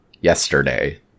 yesterday